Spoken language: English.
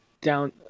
down